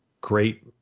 great